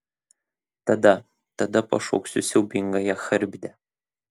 tada tada pašauksiu siaubingąją charibdę